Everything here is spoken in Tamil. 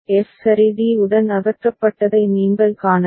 F சரி d உடன் அகற்றப்பட்டதை நீங்கள் காணலாம்